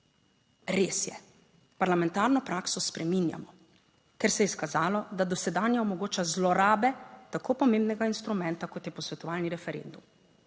Res je, parlamentarno prakso spreminjamo, ker se je izkazalo, da dosedanja omogoča zlorabe tako pomembnega instrumenta, kot je posvetovalni referendum.